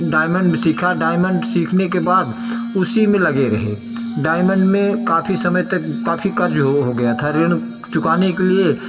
diamond में सीखा diamond सीखने के बाद उसी में लगे रहे डायमंड में काफी समय तक काफी कर्ज वो हो गया था जो मैं चुकाने के लिए